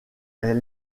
est